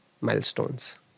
milestones